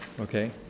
Okay